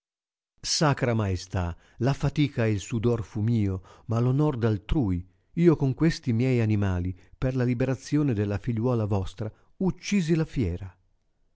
sacra maestà la fatica e il sudor fu mio ma l onor d altrui io con questi miei animali per la liberazione della figliuola vostra uccisi la fiera